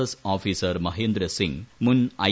S officer Mahender Singh മുൻ I